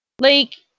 Lake